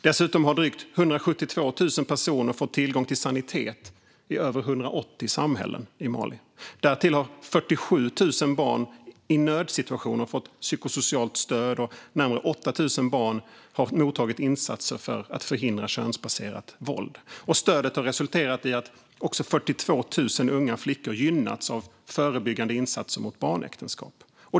Dessutom har drygt 172 000 personer i över 180 samhällen i Mali fått tillgång till sanitet. Därtill har 47 000 barn i nödsituationer fått psykosocialt stöd, och närmare 8 000 barn har mottagit insatser för att förhindra könsbaserat våld. Stödet har resulterat i att 42 000 unga flickor gynnats av förebyggande insatser mot barnäktenskap.